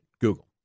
Google